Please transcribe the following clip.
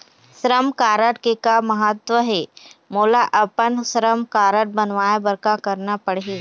श्रम कारड के का महत्व हे, मोला अपन श्रम कारड बनवाए बार का करना पढ़ही?